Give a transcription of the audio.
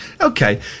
Okay